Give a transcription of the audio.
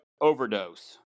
overdose